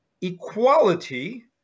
equality